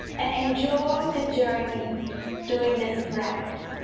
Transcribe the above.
and enjoy the journey during this practice